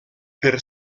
per